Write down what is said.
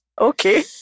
Okay